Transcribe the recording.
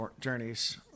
journeys